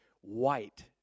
white